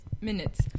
minutes